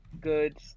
good